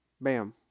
Bam